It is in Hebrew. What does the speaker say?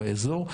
באזור,